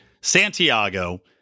Santiago